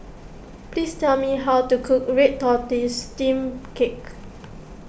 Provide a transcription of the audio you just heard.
please tell me how to cook Red Tortoise Steamed Cake